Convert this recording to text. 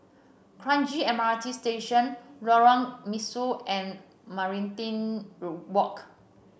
Kranji M R T Station Lorong Mesu and Walk